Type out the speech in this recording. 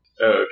Okay